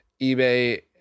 eBay